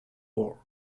war